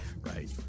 Right